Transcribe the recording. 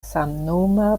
samnoma